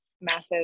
massive